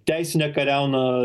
teisine kariauna